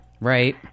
Right